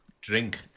drink